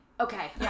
Okay